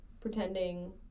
pretending